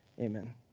Amen